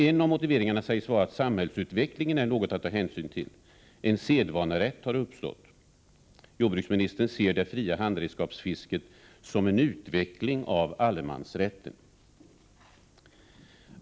En av motiveringarna säges vara att samhällsutvecklingen är något att ta hänsyn till; en sedvanerätt har uppstått. Jordbruksministern ser det fria handredskapsfisket som en utveckling av allemansrätten.